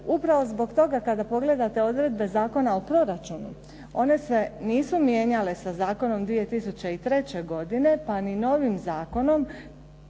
Upravo zbog toga kada pogledate odredbe Zakona o proračunu, one se nisu mijenjale sa zakonom 2003. godine pa ni novim zakonom